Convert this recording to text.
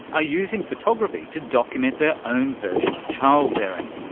are using photography to document their own version of child-bearing,